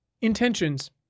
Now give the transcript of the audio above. Intentions